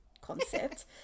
concept